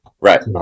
Right